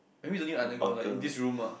I mean no need underground lah in this room ah